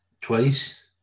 twice